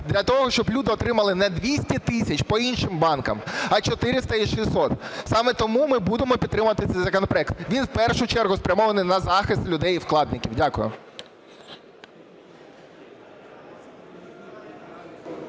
для того, щоб люди отримали не 200 тисяч по іншим банкам, а 400 і 600. Саме тому ми будемо підтримувати цей законопроект, він в першу чергу спрямований на захист людей і вкладників. Дякую.